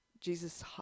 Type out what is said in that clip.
Jesus